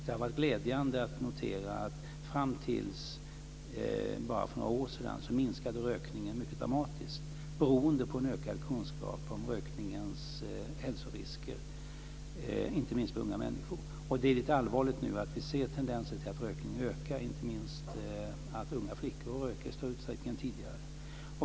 Det har varit glädjande att notera att rökningen fram till för bara några år sedan minskade mycket dramatiskt, beroende på en ökad kunskap om rökningens hälsorisker inte minst på unga människor. Det är allvarligt att vi nu ser tendenser till att rökningen ökar, inte minst att unga flickor röker i större utsträckning än tidigare.